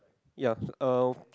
ya uh